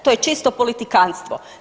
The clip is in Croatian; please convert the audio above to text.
To je čisto politikanstvo.